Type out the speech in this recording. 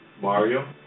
Mario